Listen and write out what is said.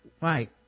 Right